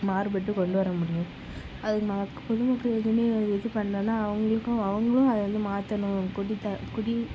மாறுபட்டு கொண்டு வர முடியும் அது மக் பொது மக்களும் இது பண்ணலைனா அவங்களுக்கும் அவங்களும் அதை வந்து மாற்றணும் குடித குடி